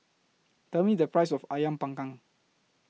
Tell Me The Price of Ayam Panggang